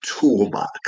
toolbox